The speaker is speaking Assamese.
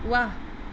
ৱাহ